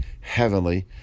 heavenly